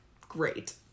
Great